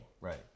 Right